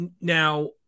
Now